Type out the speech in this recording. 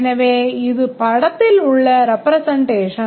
எனவே இது படத்தில் உள்ள ரெப்ரெசென்ட்டேஷன்